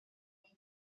neu